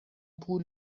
پول